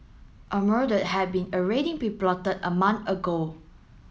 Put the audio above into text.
a murder had been already been plotted a month ago